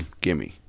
gimme